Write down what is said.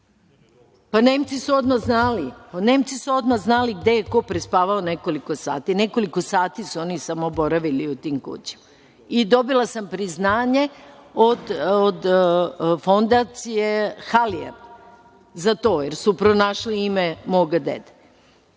Nemci su odmah znali gde je ko prespavao nekoliko sati. Nekoliko sati su oni samo boravili u tim kućama i dobila sam priznanje od Fondacije „Halijard“ za to, jer su pronašli ime moga dede.